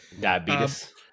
diabetes